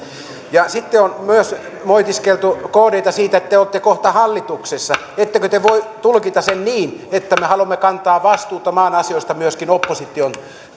sitten on myös moitiskeltu kdtä että te olette kohta hallituksessa ettekö te voi tulkita sitä niin että me haluamme kantaa vastuuta maan asioista myöskin opposition